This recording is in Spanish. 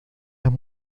las